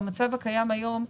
במצב הקיים היום,